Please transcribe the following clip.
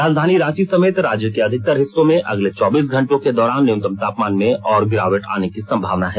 राजधानी रांची समेत राज्य के अधिकतर हिस्सों में अगले चौबीस घंटों के दौरान न्यूनतम तापमान में और गिरावट आने की संभावना है